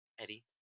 Eddie